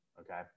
okay